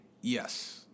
Yes